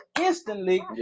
instantly